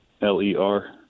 L-E-R